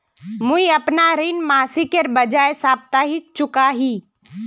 मुईअपना ऋण मासिकेर बजाय साप्ताहिक चुका ही